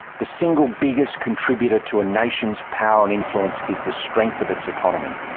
the single biggest contributor to a nation's power and influence is the strength of its economy.